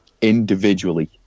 individually